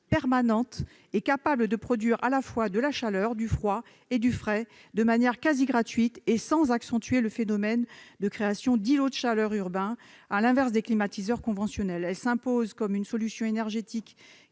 permanente et permettant de produire à la fois de la chaleur, du froid et du frais, de manière quasiment gratuite et sans accentuer le phénomène de création d'îlots de chaleur urbains, à l'inverse des climatiseurs conventionnels. Elle s'impose comme une solution énergétique